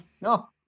No